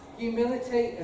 humility